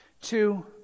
Two